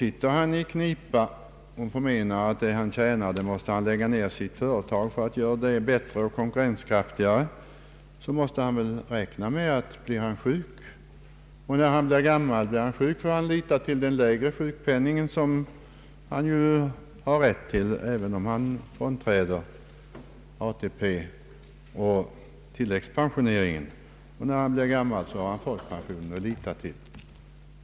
Är han i svårigheter och förmenar att han måste lägga ned så mycket han kan i sitt företag för att göra det bättre och konkurrenskraftigare, måste han räkna med att om han blir sjuk får han lita till grundsjukpenningen, som han har rätt till även om han frånträder ATP och tilläggspensicneringen. När han blir gammal har han folkpensionen att lita till.